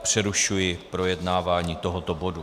Přerušuji projednávání tohoto bodu.